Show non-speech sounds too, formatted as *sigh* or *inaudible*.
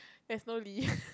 there's no lee *laughs*